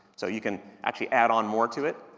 so, you can actually add on more to it,